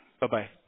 Bye-bye